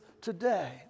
today